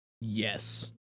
yes